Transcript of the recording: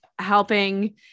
helping